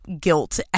guilt